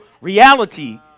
reality